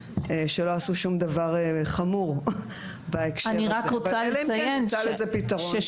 שלא עשו שום דבר חמור בהקשר הזה אלא אם כן נמצא לזה פתרון.